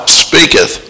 speaketh